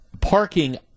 parking